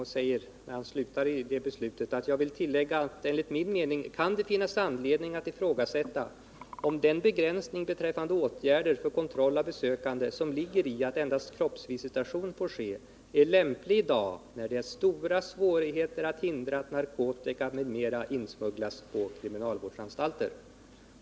Hans uttalande avslutas med följande ord: ”Jag vill tillägga att det enligt min mening kan finnas anledning att ifrågasätta om den begränsning beträffande åtgärder för kontroll av besökande, som ligger i att endast kroppsvisitation får ske, är lämplig idag, när det är stora svårigheter att hindra att narkotika m.m. insmugglas på kriminalvårdsanstalter.